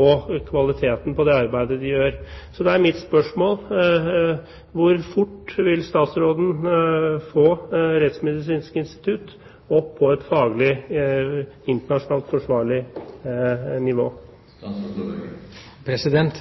og kvaliteten på det arbeidet de gjør. Da er mitt spørsmål: Hvor fort vil statsråden få Rettsmedisinsk institutt opp på et internasjonalt faglig forsvarlig